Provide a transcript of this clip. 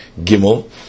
Gimel